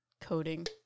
Coding